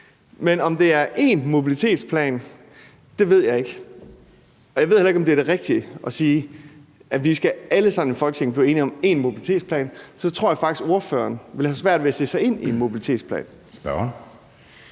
Men om det er én mobilitetsplan, ved jeg ikke, og jeg ved heller ikke, om det er det rigtige at sige, at vi alle sammen i Folketinget skal blive enige om én mobilitetsplan. Så tror jeg faktisk, at ordføreren ville have svært ved at sætte sig ind i en mobilitetsplan.